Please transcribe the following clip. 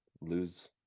lose